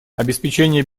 обеспечение